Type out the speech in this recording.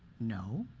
no.